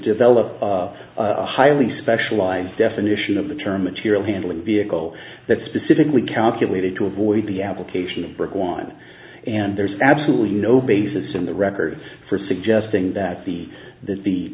a highly specialized definition of the term material handling vehicle that specifically calculated to avoid the application of brick want and there's absolutely no basis in the record for suggesting that the that the